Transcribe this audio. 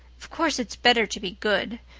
of course it's better to be good.